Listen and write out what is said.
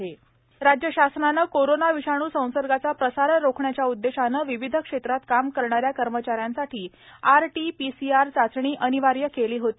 पन्टीजेन चाचणीही ग्राह्य राज्य शासनाने कोरोना विषाणू संसर्गाचा प्रसार रोखण्याच्या उद्देशानं विविध क्षेत्रात काम करणाऱ्या कर्मचाऱ्यांसाठी आरटीपीसीआर चाचणी अनिवार्य केली होती